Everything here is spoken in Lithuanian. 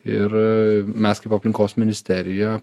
ir mes kaip aplinkos ministerija